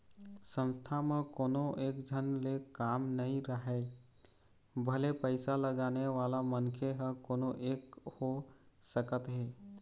संस्था म कोनो एकझन ले काम नइ राहय भले पइसा लगाने वाला मनखे ह कोनो एक हो सकत हे